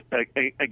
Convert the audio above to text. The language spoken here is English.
again